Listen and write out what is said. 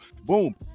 boom